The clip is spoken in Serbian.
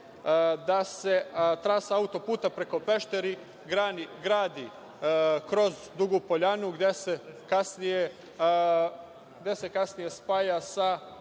da se trasa auto-puta preko Pešteri gradi kroz Dugu Poljanu, gde se kasnije spaja sa